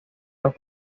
los